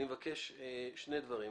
אני מבקש שני דברים.